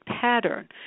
pattern